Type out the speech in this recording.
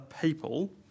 people